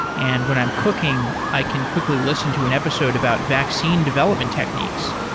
and when i'm cooking, i can quickly listen to an episode about vaccine development techniques.